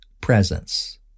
presence